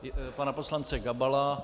C pana poslance Gabala.